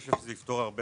זה יפתור הרבה